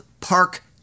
Park